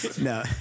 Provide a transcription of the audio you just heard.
No